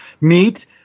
meet